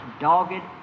dogged